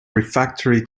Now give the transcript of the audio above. refractory